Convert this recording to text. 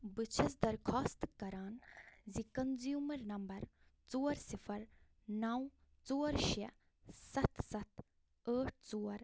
بہٕ چھیٚس درخوٛاست کَران زِ کنزیٛومر نمبر ژور صِفر نَو ژور شےٚ سَتھ سَتھ ٲٹھ ژور